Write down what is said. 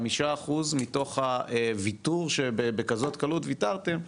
חמישה אחוז מתוך הוויתור שבכזאת קלות וויתרתם,